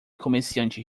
comerciante